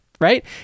Right